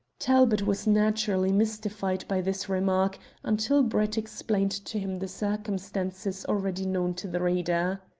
talbot was naturally mystified by this remark until brett explained to him the circumstances already known to the reader.